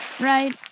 Right